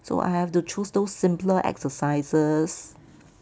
so I have to choose those simpler exercises